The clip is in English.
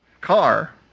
car